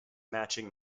matching